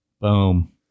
Boom